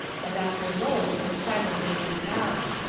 a doctor rose and silently went out.